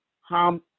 harm